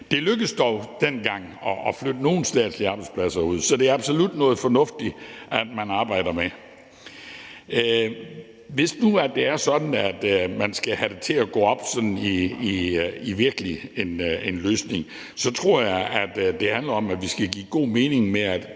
Det lykkedes dog dengang at flytte nogle statslige arbejdspladser ud, så det er absolut fornuftigt, at man arbejder med det. Hvis nu det er sådan, at man virkelig skal have det til at gå op i en løsning, så tror jeg, det handler om, at vi skal give det god mening, ved